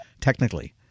technically